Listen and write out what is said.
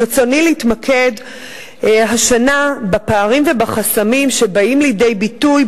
ברצוני להתמקד השנה בפערים ובחסמים שבאים לידי ביטוי